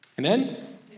Amen